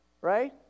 right